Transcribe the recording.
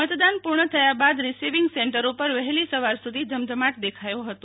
મતદાન પૂર્ણ થયા બાદ રીસીવિંગ સેન્ટરો પર વહેલી સવાર સુધી ધમધમાટ દેખાયો હતો